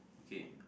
okay